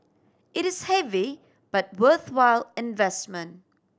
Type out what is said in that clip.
it is heavy but worthwhile investment